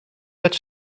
met